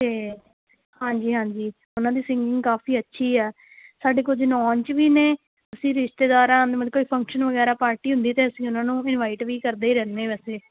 ਅਤੇ ਹਾਂਜੀ ਹਾਂਜੀ ਉਹਨਾਂ ਦੀ ਸਿੰਗਿੰਗ ਕਾਫ਼ੀ ਅੱਛੀ ਹੈ ਸਾਡੇ ਕੁਝ ਨੋਨ 'ਚ ਵੀ ਨੇ ਅਸੀਂ ਰਿਸ਼ਤੇਦਾਰਾਂ ਮਤਲਬ ਕੋਈ ਫੰਕਸ਼ਨ ਵਗੈਰਾ ਪਾਰਟੀ ਹੁੰਦੀ ਅਤੇ ਅਸੀਂ ਉਹਨਾਂ ਨੂੰ ਵੀ ਇੰਨਵਾਈਟ ਵੀ ਕਰਦੇ ਰਹਿੰਦੇ ਵੈਸੇ